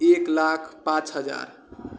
एक लाख पाँच हजार